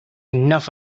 enough